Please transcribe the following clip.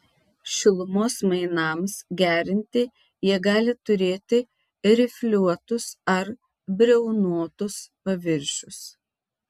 šilumos mainams gerinti jie gali turėti rifliuotus ar briaunotus paviršius